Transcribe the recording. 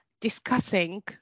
discussing